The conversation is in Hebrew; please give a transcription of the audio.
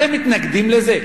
אתם מתנגדים לזה?